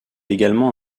également